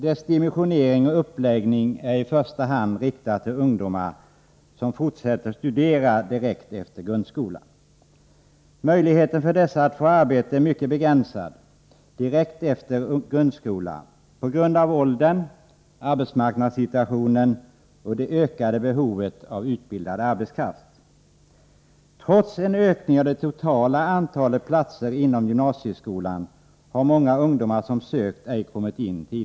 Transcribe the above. Dess dimensionering och uppläggning är i första hand riktad till ungdomar som fortsätter att studera direkt efter grundskolan. Möjligheterna för dessa ungdomar att få arbete är mycket begränsad på grund av åldern, arbetsmarknadssituationen och det ökade behovet av utbildad arbetskraft. Trots en ökning av det totala antalet platser inom gymnasieskolan har många ungdomar som sökt ej kommit in.